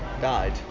died